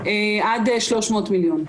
עד 300 מיליון שקלים.